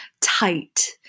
tight